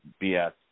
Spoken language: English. BS